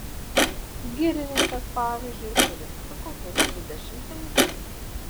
girininkas pavyzdžiui surinktų kokius dvidešimt penkis